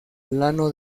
plano